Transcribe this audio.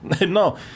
No